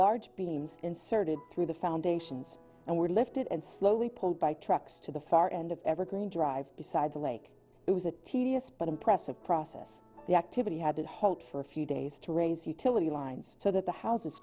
large beams inserted through the foundations and were lifted and slowly pulled by trucks to the far end of evergreen drive beside the lake it was a tedious but impressive process the activity had to halt for a few days to raise utility lines so that the houses